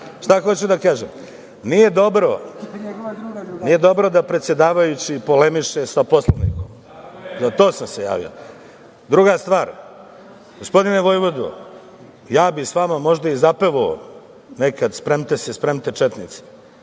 šta hoću da kažem? Nije dobro da predsedavajući polemiše sa poslanikom. Zbog toga sam se javio. Drugo, gospodine vojvodo, ja bih sa vama možda i zapevao nekad "Spremte se, spremte, četnici",